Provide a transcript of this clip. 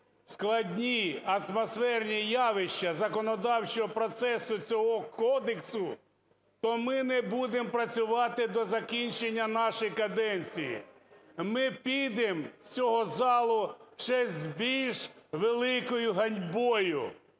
складні атмосферні явища законодавчого процесу цього кодексу, то ми не будемо працювати до закінчення нашої каденції. Ми підемо з цього залу ще з більш великою ганьбою,